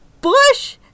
Bush